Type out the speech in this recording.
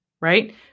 Right